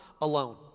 alone